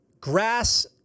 grass